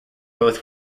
both